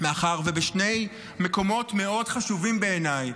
מאחר שבשני מקומות מאוד חשובים בעיניי